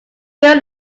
bill